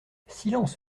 silence